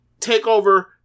Takeover